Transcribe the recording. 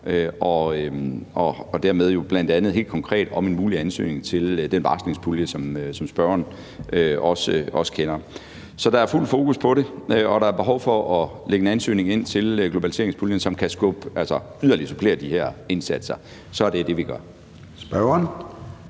og dermed bl.a. helt konkret en mulig ansøgning til den varslingspulje, som spørgeren også kender. Så der er fuldt fokus på det. Og er der behov for at lægge en ansøgning ind til Globaliseringsfonden, som yderligere kan supplere de her indsatser, så er det det, vi gør. Kl.